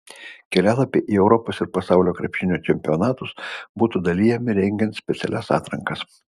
kelialapiai į europos ir pasaulio krepšinio čempionatus būtų dalijami rengiant specialias atrankas